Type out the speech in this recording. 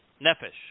Nefesh